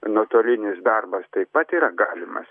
nuotolinis darbas taip pat yra galimas